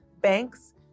banks